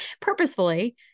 purposefully